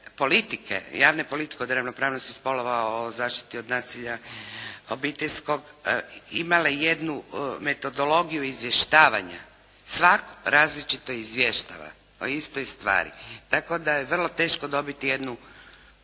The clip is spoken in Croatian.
politike, javne politike o ravnopravnosti spolova, o zaštiti od nasilja obiteljskog imale jednu metodologiju izvještavanja, svak različito izvještava o istoj stvari, tako da je vrlo teško dobiti jednu